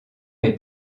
est